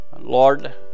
Lord